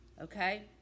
Okay